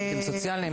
עובדים סוציאליים,